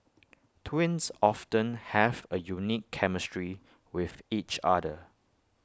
twins often have A unique chemistry with each other